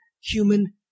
human